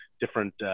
different